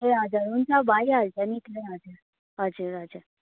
ए हजुर हुन्छ भएहाल्छ नि किन हजुर हजुर हजुर